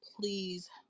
please